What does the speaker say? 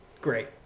Great